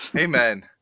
amen